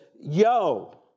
yo